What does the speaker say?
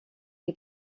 che